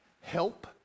help